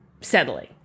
settling